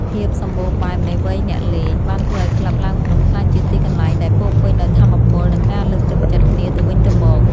ភាពសម្បូរបែបនៃវ័យអ្នកលេង បានធ្វើឱ្យក្លឹបឡើងភ្នំក្លាយជាទីកន្លែងដែលពោរពេញដោយថាមពល និងការលើកទឹកចិត្តគ្នាទៅវិញទៅមក។